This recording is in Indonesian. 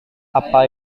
apa